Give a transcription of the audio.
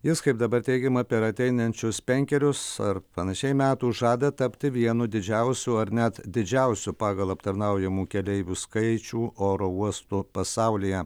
jis kaip dabar teigiama per ateinančius penkerius ar panašiai metų žada tapti vienu didžiausių ar net didžiausiu pagal aptarnaujamų keleivių skaičių oro uostų pasaulyje